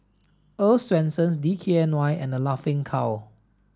Earl's Swensens D K N Y and The Laughing Cow